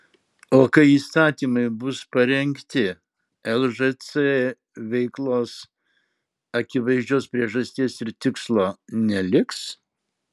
o kai įstatymai bus parengti lžc veiklos akivaizdžios priežasties ir tikslo neliks